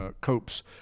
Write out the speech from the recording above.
Copes